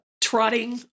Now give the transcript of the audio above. trotting